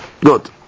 Good